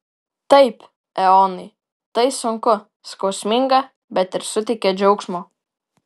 taip eonai tai sunku skausminga bet ir suteikia džiaugsmo